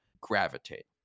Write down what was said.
gravitate